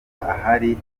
ahari